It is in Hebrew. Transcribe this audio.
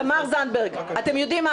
תמר זנדברג, אתם יודעים מה?